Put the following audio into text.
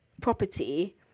property